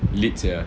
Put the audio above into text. lit sia